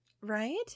Right